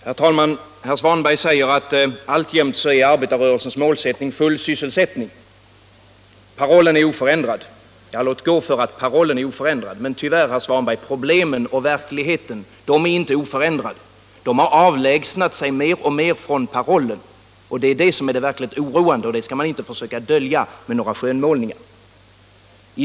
Herr talman! Herr Svanberg säger att arbetarrörelsens målsättning alltjämt är full sysselsättning, parollen är oförändrad. Låt gå för att parollen är oförändrad, men tyvärr, herr Svanberg, är problemen och verkligheten inte oförändrade. De har avlägsnat sig mer och mer från parollen. Det är det som är det verkligt oroande och det skall man inte försöka dölja med några skönmålningar.